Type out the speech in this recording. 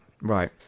Right